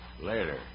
later